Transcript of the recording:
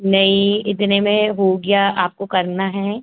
नहीं इतने में हो गया आपको करना है